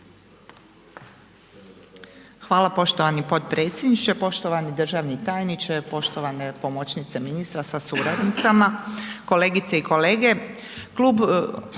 Hvala poštovani potpredsjedniče, poštovani državni tajniče, poštovane pomoćnice ministre sa suradnicima, kolegice i kolege.